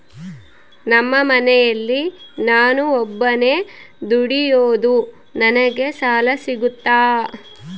ನಮ್ಮ ಮನೆಯಲ್ಲಿ ನಾನು ಒಬ್ಬನೇ ದುಡಿಯೋದು ನನಗೆ ಸಾಲ ಸಿಗುತ್ತಾ?